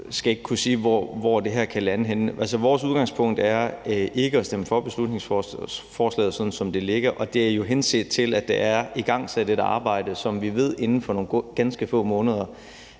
skal ikke kunne sige, hvor det her kan lande henne. Vores udgangspunkt er ikke at stemme for beslutningsforslaget, sådan som det ligger, og det er jo henset til, at der er igangsat et arbejde, som vi ved inden for nogle ganske få måneder